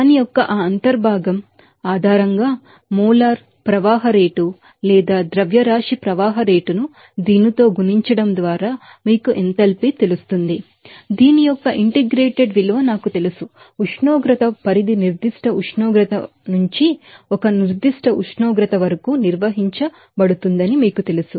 దాని యొక్క ఆ అంతర్భాగం ఆధారంగా మోలార్ ప్రవాహ రేటు లేదా మాస్ ఫ్లో రేట్ ను దీనితో గుణించడం ద్వారా మీకు ఎంథాల్పీ తెలుసు దీని యొక్క ఇంటిగ్రేటెడ్ విలువ నాకు తెలుసు ఉష్ణోగ్రత పరిధి సర్టెన్ టెంపరేచర్ వరకు నిర్వచించబడుతుందని మీకు తెలుసు